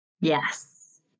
Yes